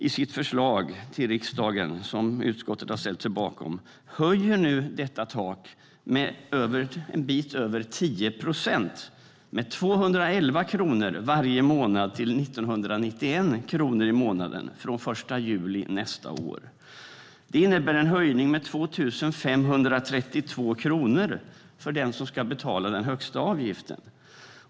I sitt förslag till riksdagen, som utskottet har ställt sig bakom, höjer nu regeringen detta tak med en bit över 10 procent, med 211 kronor varje månad, till 1 991 kronor i månaden från den 1 juli nästa år. Det innebär en höjning med 2 532 kronor för den som ska betala den högsta avgiften.